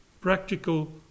Practical